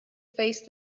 face